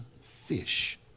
fish